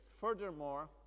furthermore